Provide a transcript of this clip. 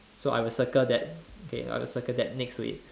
so I will circle that okay I will circle that next to it